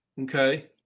okay